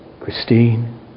Christine